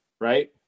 Right